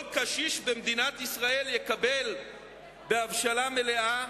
כל קשיש במדינת ישראל יקבל בהבשלה מלאה